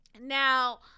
Now